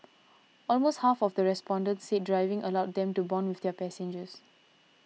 almost half of the respondents said driving allowed them to bond with their passengers